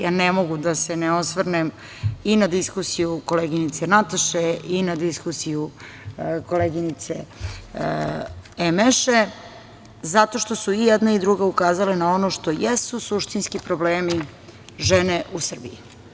Ja ne mogu da se ne osvrnem i na diskusiju koleginice Nataše i na diskusiju koleginice Emeše, zato što su i jedna i druga ukazale na ono što jesu suštinski problemi žene u Srbiji.